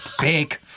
big